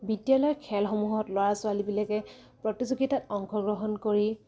বিদ্যালয় খেলসমূহত ল'ৰা ছোৱালীবিলাকে প্ৰতিযোগিতাত অংশগ্ৰহণ কৰি